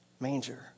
manger